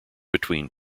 between